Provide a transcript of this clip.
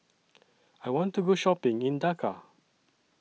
I want to Go Shopping in Dhaka